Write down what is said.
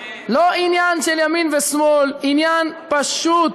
לא עניין של ימין ושמאל, עניין פשוט